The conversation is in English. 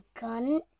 Gun